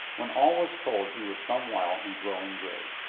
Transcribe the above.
when all was told he was some while in growing grave.